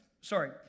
sorry